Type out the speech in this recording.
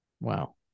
Wow